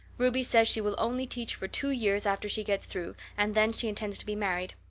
ruby says she will only teach for two years after she gets through, and then she intends to be married.